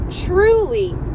truly